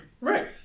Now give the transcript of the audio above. Right